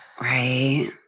right